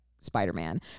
Spider-Man